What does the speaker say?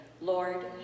Lord